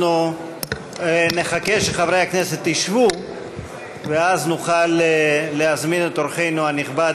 אנחנו נחכה שחברי הכנסת ישבו ואז נוכל להזמין את אורחנו הנכבד,